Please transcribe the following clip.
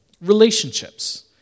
relationships